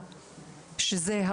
כי התיקון שעשו בחוק מדבר רק על